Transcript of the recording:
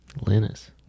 Linus